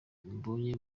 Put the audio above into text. mbonye